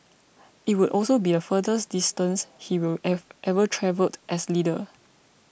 it would also be the furthest distance he will have ever travelled as leader